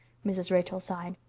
mrs. rachel sighed.